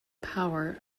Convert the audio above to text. power